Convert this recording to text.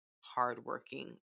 hardworking